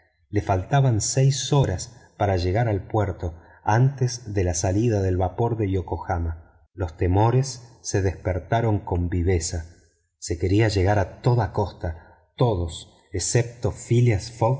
le faltaban seis horas para llegar al puerto antes de la salida del vapor de yokohama los temores se despertaron con viveza se quería llegar a toda costa todos excepto phileas